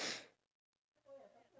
okay what